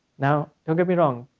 now, don't get me wrong.